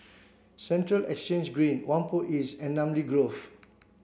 Central Exchange Green Whampoa East and Namly Grove